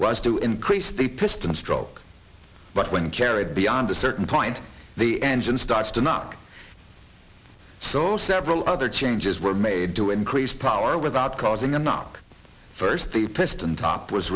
runs to increase the piston stroke but when carried beyond a certain point the engine starts to knock so several other changes were made to increase power without causing a knock first the piston top was